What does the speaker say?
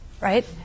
right